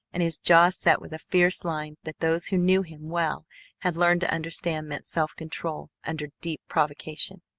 and his jaw set with a fierce line that those who knew him well had learned to understand meant self-control under deep provocation.